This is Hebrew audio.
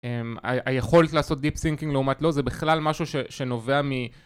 היכולת לעשות דיפ סינקינג לעומת לא זה בכלל משהו שנובע מ